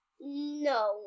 No